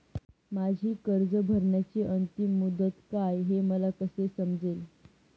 माझी कर्ज भरण्याची अंतिम मुदत काय, हे मला कसे समजेल?